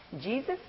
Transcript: Jesus